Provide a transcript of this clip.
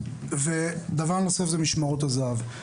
דבר נוסף זה משמרות הזהב.